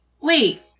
Wait